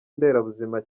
nderabuzima